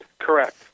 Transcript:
correct